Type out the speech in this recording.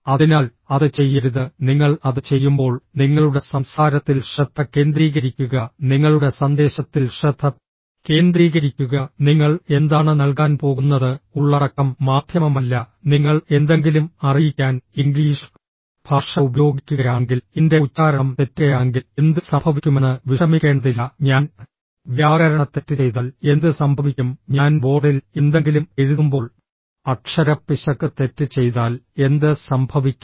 അതിനാൽ അത് ചെയ്യരുത് നിങ്ങൾ അത് ചെയ്യുമ്പോൾ നിങ്ങളുടെ സംസാരത്തിൽ ശ്രദ്ധ കേന്ദ്രീകരിക്കുക നിങ്ങളുടെ സന്ദേശത്തിൽ ശ്രദ്ധ കേന്ദ്രീകരിക്കുക നിങ്ങൾ എന്താണ് നൽകാൻ പോകുന്നത് ഉള്ളടക്കം മാധ്യമമല്ല നിങ്ങൾ എന്തെങ്കിലും അറിയിക്കാൻ ഇംഗ്ലീഷ് ഭാഷ ഉപയോഗിക്കുകയാണെങ്കിൽ എന്റെ ഉച്ചാരണം തെറ്റുകയാണെങ്കിൽ എന്ത് സംഭവിക്കുമെന്ന് വിഷമിക്കേണ്ടതില്ല ഞാൻ വ്യാകരണ തെറ്റ് ചെയ്താൽ എന്ത് സംഭവിക്കും ഞാൻ ബോർഡിൽ എന്തെങ്കിലും എഴുതുമ്പോൾ അക്ഷരപ്പിശക് തെറ്റ് ചെയ്താൽ എന്ത് സംഭവിക്കും